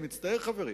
אני מצטער, חברים.